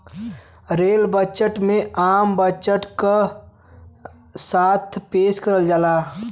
rail budget में आम budget के साथ पेश करल जाला